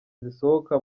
zisohoka